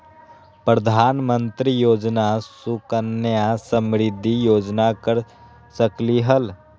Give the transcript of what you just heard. प्रधानमंत्री योजना सुकन्या समृद्धि योजना कर सकलीहल?